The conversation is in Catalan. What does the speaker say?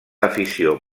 afició